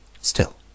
Still